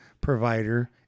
provider